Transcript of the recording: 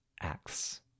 acts